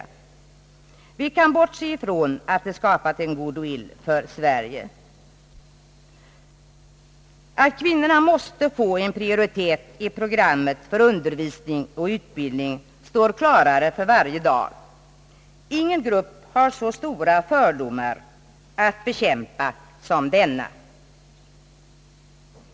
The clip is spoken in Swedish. Vi kan i detta sammanhang bortse ifrån att vi skapat en goodwill för Sverige. Att kvinnorna måste få en prioritet i programmet för undervisning och utbildning framstår allt klarare för varje dag. Ingen grupp har så stora fördomar att bekämpa som denna.